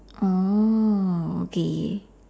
oh okay